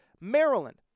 Maryland